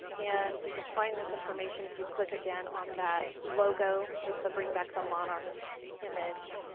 and you can find this information if you click, again, on that logo with the bring back the monarchs image.